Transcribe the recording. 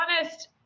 honest